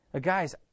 Guys